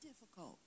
difficult